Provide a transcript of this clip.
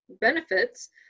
benefits